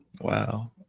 wow